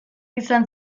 izan